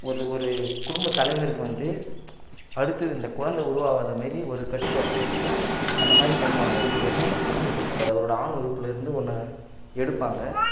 ஒரு ஒரு குடும்ப தலைவருக்கு வந்து அடுத்தது இந்த குழந்த உருவாகாத மாரி ஒரு கட்டுப்பாடு அந்த மாதிரி பண்ணுவாங்க அதுக்கு பேரு தான் குடும்ப கட்டுப்பாடு அவரோடய ஆண் உறுப்புலேருந்து ஒன்றை எடுப்பாங்க